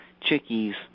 chickies